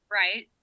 right